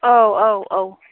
औ औ औ